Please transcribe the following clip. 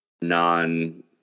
non